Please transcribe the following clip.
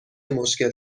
مشکل